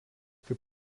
taip